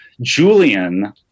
Julian